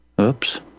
Oops